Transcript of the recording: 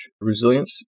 resilience